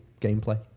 gameplay